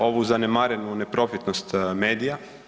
Ovu zanemarenu neprofitnost medija.